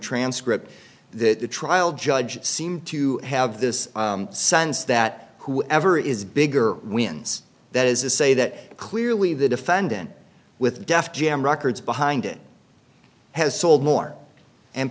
transcript that the trial judge seemed to have this sense that whoever is bigger wins that is the say that clearly the defendant with def jam records behind it has sold more and